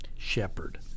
shepherd